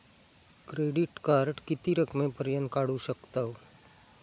Credit card किती रकमेपर्यंत काढू शकतव?